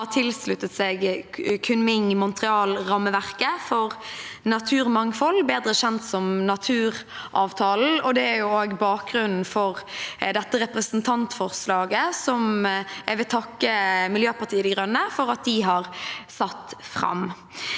Norge har tilsluttet seg Kunming–Montreal-rammeverket for naturmangfold, bedre kjent som naturavtalen, og det er bakgrunnen for dette representantforslaget, som jeg vil takke Miljøpartiet De Grønne for at de har satt fram.